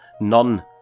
none